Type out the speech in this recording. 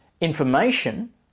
information